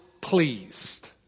pleased